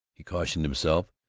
he cautioned himself,